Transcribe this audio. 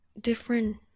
different